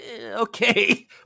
Okay